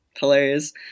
hilarious